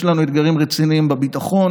יש לנו אתגרים רציניים בביטחון,